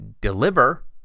deliver